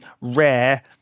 rare